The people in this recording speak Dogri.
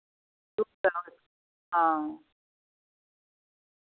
हां